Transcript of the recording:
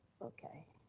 okay,